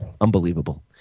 unbelievable